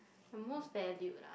my most valued ah